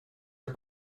are